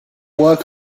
work